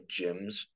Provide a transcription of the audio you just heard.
gyms